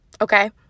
Okay